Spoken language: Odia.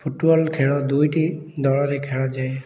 ଫୁଟବଲ୍ ଖେଳ ଦୁଇଟି ଦଳରେ ଖେଳାଯାଏ